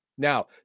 Now